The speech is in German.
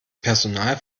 personal